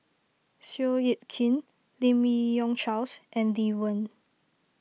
Seow Yit Kin Lim Yi Yong Charles and Lee Wen